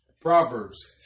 Proverbs